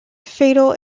fatal